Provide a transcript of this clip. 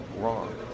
wrong